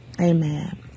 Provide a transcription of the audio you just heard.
Amen